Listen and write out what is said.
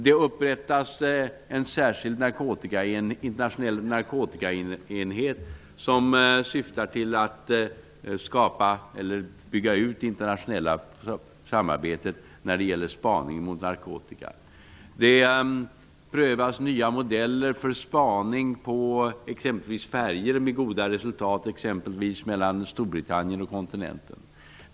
Det upprättas en särskild internationell narkotikaenhet som syftar till att bygga ut det internationella samarbetet när det gäller spaning mot narkotika. Det prövas nya modeller för spaning på färjor med goda resultat, exempelvis mellan Storbritannien och kontinenten.